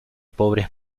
pobres